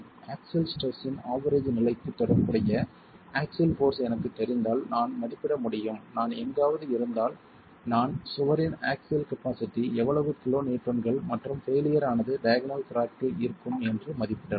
axial stress இன் average நிலைக்கு தொடர்புடைய ஆக்ஸில் போர்ஸ் எனக்குத் தெரிந்தால் நான் மதிப்பிட முடியும் நான் எங்காவது இருந்தால் நான சுவரின் ஆக்ஸில் கபாஸிட்டி எவ்வளவு கிலோநியூட்டன்கள் மற்றும் பெய்லியர் ஆனது டயாக்னல் கிராக்கில் இருக்கும் என்று மதிப்பிடலாம்